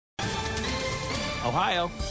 Ohio